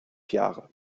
jahre